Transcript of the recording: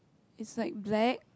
it's like black